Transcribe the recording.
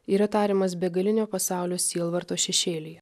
yra tariamas begalinio pasaulio sielvarto šešėliai